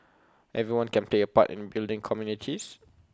everyone can play A part in building communities